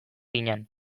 ginen